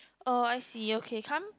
oh I see okay come